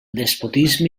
despotisme